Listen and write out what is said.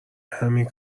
همین